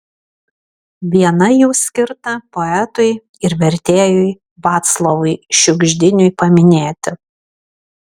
viena jų skirta poetui ir vertėjui vaclovui šiugždiniui paminėti